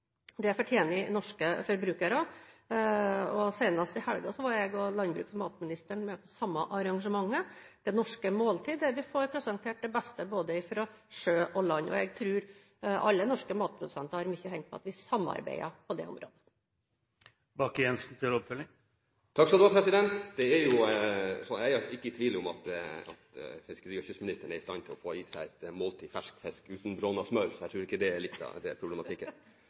mat. Det fortjener norske forbrukere. Senest i helgen var jeg og landbruks- og matministeren med på samme arrangementet, Det Norske Måltid, der vi fikk presentert det beste fra både sjø og land, og jeg tror alle norske matprodusenter har mye å hente på at vi samarbeider på det området. Jeg er ikke i tvil om at fiskeri- og kystministeren er i stand til å få i seg et måltid fersk fisk uten bråna smør – jeg tror ikke det er problematikken. Men når det